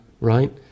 right